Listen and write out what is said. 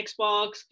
Xbox